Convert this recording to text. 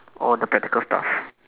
oh the practical stuff